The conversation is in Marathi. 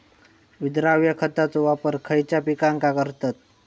विद्राव्य खताचो वापर खयच्या पिकांका करतत?